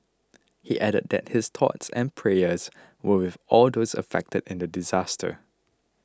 he added that his thoughts and prayers were with all those affected in the disaster